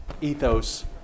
ethos